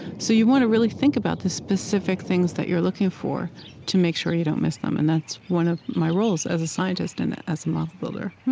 so you want to really think about the specific things that you're looking for to make sure you don't miss them, and that's one of my roles as a scientist and as a model builder